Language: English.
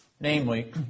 Namely